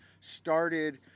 started